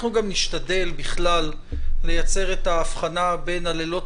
אנחנו נשתדל לייצר את ההבחנה בין הלילות